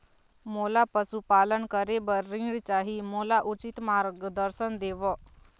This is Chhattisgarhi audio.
मोला पशुपालन करे बर ऋण चाही, मोला उचित मार्गदर्शन देव?